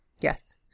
Yes